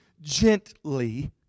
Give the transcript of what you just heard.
gently